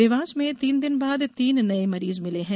देवास में तीन दिन बाद तीन नये मरीज मिले हैं